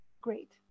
great